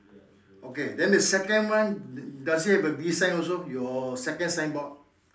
okay then the second one does it have a B sign also your second signboard